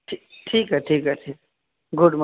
ٹھیک ہے ٹھیک ہے پھر گڈ مارننگ